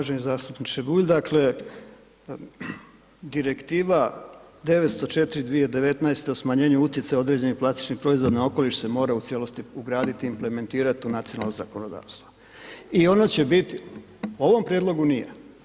Uvaženi zastupniče Bulj, dakle Direktiva 904/2019 o smanjenju utjecaja određenih plastičnih proizvoda na okoliš se mora u cijelosti ugraditi i implementirati u nacionalno zakonodavstvo i ono će biti, u ovom prijedlogu nije.